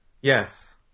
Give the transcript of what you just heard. Yes